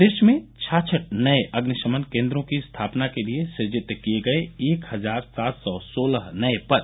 प्रदेश में छाछठ नये अग्निशमन केन्द्रों की स्थापना के लिये सृजित किये गये एक हजार सात सौ सोलह नये पद